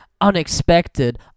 Unexpected